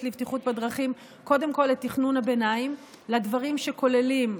לבטיחות בדרכים קודם כול את תכנון הביניים לדברים שכוללים,